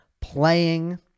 playing